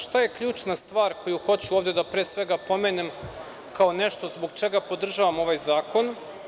Šta je ključa stvar koju hoću ovde da, pre svega, pomenem kao nešto zbog čega podržavam ovaj zakon.